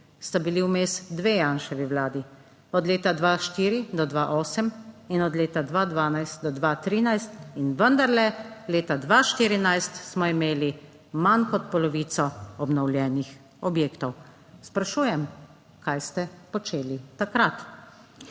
sta bili vmes dve Janševi vladi, od leta 2004 do 2008 in od leta 2012 do 2013 in vendarle, leta 2014 smo imeli manj kot polovico obnovljenih objektov. Sprašujem, kaj ste počeli takrat?